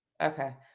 Okay